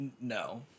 No